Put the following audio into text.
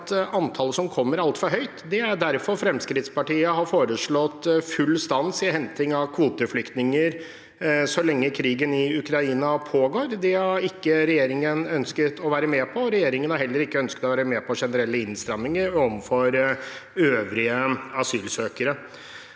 antallet som kommer, er altfor høyt. Det er derfor Fremskrittspartiet har foreslått full stans i henting av kvoteflyktninger så lenge krigen i Ukraina pågår. Det har ikke regjeringen ønsket å være med på, og regjeringen har heller ikke ønsket å være med på generelle innstramminger overfor øvrige asylsøkere.